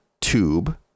tube